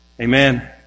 Amen